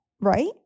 right